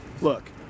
Look